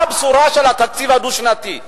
מה הבשורה של התקציב הדו-שנתי?